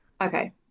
Okay